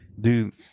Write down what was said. dude